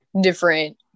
different